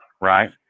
right